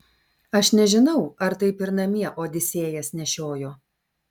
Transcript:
aš nežinau ar taip ir namie odisėjas nešiojo